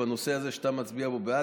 בנושא הזה שאתה מצביע בו בעד,